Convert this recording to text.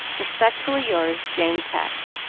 respectfully yours, jane pecq